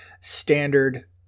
Standard